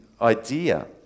idea